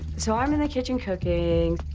so, i'm in the kitchen cooking.